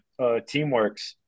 Teamworks